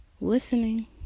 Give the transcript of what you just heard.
listening